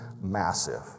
massive